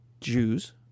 Jews